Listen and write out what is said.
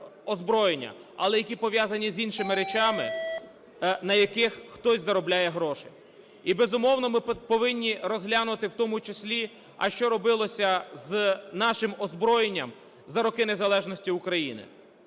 озброєння, але і які пов'язані з іншими речами, на яких хтось заробляє гроші. І, безумовно, ми повинні розглянути, в тому числі, а що робилося з нашим озброєнням за роки незалежності України.